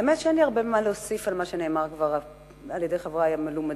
האמת היא שאין לי הרבה מה להוסיף על מה שכבר נאמר על-ידי חברי המלומדים.